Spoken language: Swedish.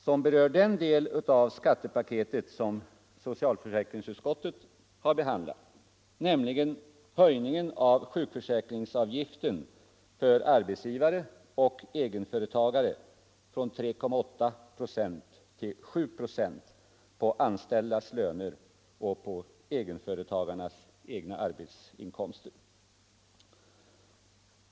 Den berör den del av skattepaketet som socialförsäkringsutskottet har behandlat, nämligen höjningen av sjukförsäkringsavgiften för arbetsgivare och egenföretagare från 3,8 procent till 7 procent på anställdas löner och på egenföretagarnas egna arbetsinkomster.